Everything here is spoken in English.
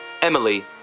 Emily